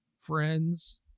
friends